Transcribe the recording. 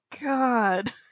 God